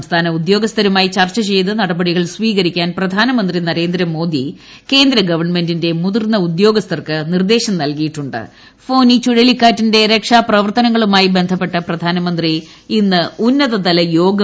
സംസ്ഥാന ഉദ്യോഗസ്ഥരുമായി ചർച്ചു ചെയ്ത് നടപടികൾ സ്വീകരിക്കാൻ പ്രധാനമന്ത്രി നരേന്ദ്രമോദി കേന്ദ്ര ഗവൺമെന്റിന്റെ മുതിർന്ന ഉദ്യോഗസ്ഥർക്ക് നിർദ്ദേശം നൽകിയിട്ടു ഫോനി ചുഴലിക്കാറ്റിന്റെ രക്ഷാപ്രവർത്തനങ്ങളുമായി ബന്ധപ്പെട്ട് പ്രധാനമന്ത്രി ഇന്ന് ഉന്നതതലയോഗം വിളിച്ചിരുന്നു